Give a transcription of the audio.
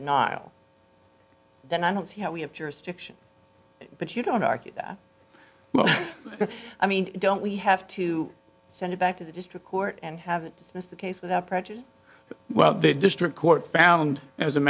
denial then i don't see how we have jurisdiction but you don't argue that well i mean don't we have to send it back to the district court and have it that's the case without prejudice well the district court found as a